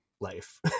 life